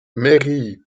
mairie